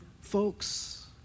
Folks